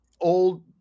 old